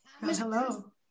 hello